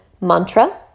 mantra